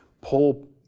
pull